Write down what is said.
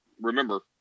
remember